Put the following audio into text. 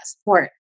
support